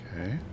Okay